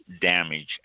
damage